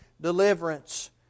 deliverance